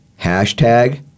hashtag